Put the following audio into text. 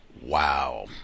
wow